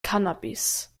cannabis